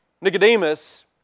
Nicodemus